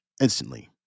instantly